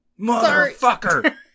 motherfucker